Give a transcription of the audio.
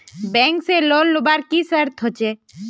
Bank से loan लुबार की की शर्त होचए?